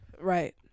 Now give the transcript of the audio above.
Right